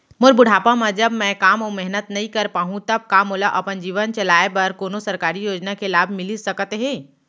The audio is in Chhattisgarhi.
मोर बुढ़ापा मा जब मैं काम अऊ मेहनत नई कर पाहू तब का मोला अपन जीवन चलाए बर कोनो सरकारी योजना के लाभ मिलिस सकत हे?